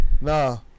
No